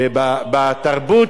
ובתרבות,